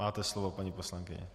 Máte slovo, paní poslankyně.